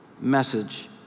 message